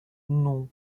non